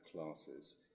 classes